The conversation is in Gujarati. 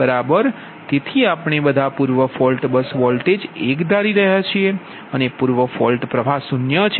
બરાબર તેથી આપણે બધા પૂર્વ ફોલ્ટ બસ વોલ્ટેજ એક ધારી રહ્યા છીએ અને પૂર્વ ફોલ્ટ પ્રવાહ 0 છે